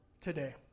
today